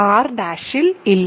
¼ R' ൽ ഇല്ല